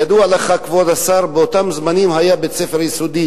ידוע לך שבאותם זמנים היה בית-ספר יסודי